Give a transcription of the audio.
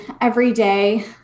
everyday